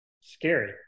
scary